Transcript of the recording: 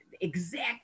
exact